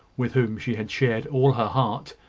with whom she had shared all her heart,